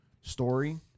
story